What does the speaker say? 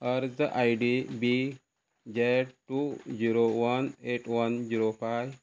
अर्ज I D B Z two zero one eight one zero five